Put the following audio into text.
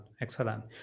excellent